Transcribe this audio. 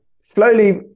slowly